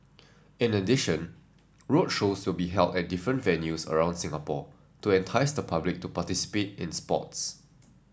in addition roadshows will be held at different venues around Singapore to entice the public to participate in sports